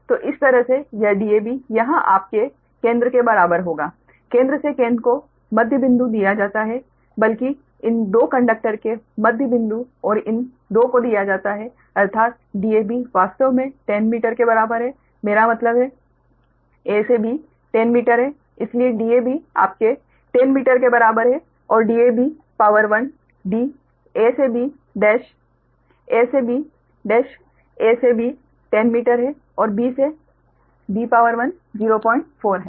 तो इस तरह से यह dab यहां आपके केंद्र के बराबर होगा केंद्र से केंद्र को मध्य बिंदु दिया जाता है बल्कि इन 2 कंडक्टर के मध्य बिंदु और इन 2 को दिया जाता है अर्थात dab वास्तव में 10 मीटर के बराबर मेरा मतलब है a से b 10 मीटर है इसलिए dab आपके 10 मीटर के बराबर है और dab d a से b डैश a से b a से b 10 मीटर है और b से b 04 है